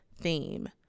theme